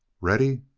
ready?